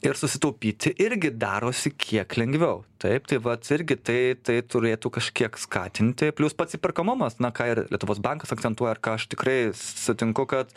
ir susitaupyti irgi darosi kiek lengviau taip tai vat irgi tai tai turėtų kažkiek skatinti plius pats įperkamumas na ką ir lietuvos bankas akcentuoja ir ką aš tikrai sutinku kad